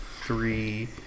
three